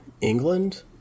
England